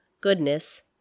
goodness